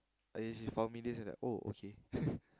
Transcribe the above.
oh okay